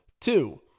Two